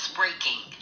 breaking